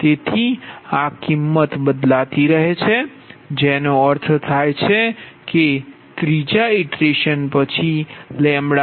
તેથી આ કિમત બદલાતી રહે છે જેનો અર્થ થાય છે કે ત્રીજા ઇટરેશન પછી Δλ107